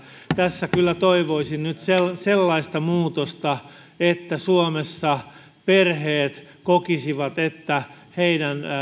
tässä kyllä toivoisin nyt sellaista muutosta että suomessa perheet kokisivat että heidän